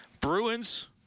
Bruins